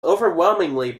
overwhelmingly